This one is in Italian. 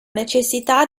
necessità